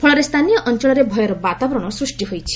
ଫଳରେ ସ୍ଚାନୀୟ ଅଞଳରେ ଭୟର ବାତାବରଣ ସୃଷ୍ଟି ହୋଇଛି